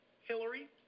hillary